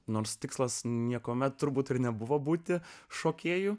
nors tikslas niekuomet turbūt ir nebuvo būti šokėju